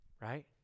right